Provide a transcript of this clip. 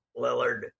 Lillard